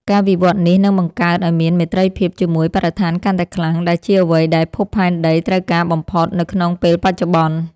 ការវិវត្តនេះនឹងបង្កើតឱ្យមានមេត្រីភាពជាមួយបរិស្ថានកាន់តែខ្លាំង ដែលជាអ្វីដែលភពផែនដីត្រូវការបំផុតនៅក្នុងពេលបច្ចុប្បន្ន។